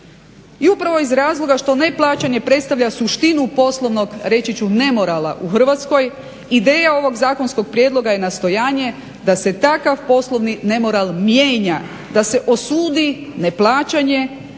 I upravo iz razloga što neplaćanje predstavlja suštinu poslovnog reći ću nemorala u Hrvatskoj ideja ovog zakonskog prijedloga je nastojanje da se takav nemoral mijenja, da se osudi neplaćanje,